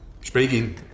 Speaking